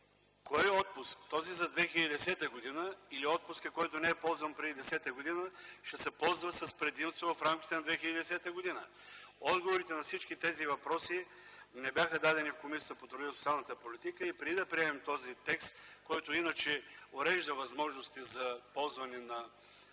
кой отпуск – този за 2010 г. или отпускът, който не е ползван преди 2010 г., ще се ползва с предимство в рамките на 2010 г.? Отговорите на всички тези въпроси не бяха дадени в Комисията по труда и социалната политика. Преди да приемем този текст, който иначе урежда възможностите за ползване на